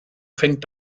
fängt